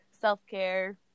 self-care